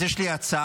אז יש לי הצעה: